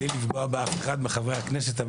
בלי לפגוע באף אחד מחברי הכנסת,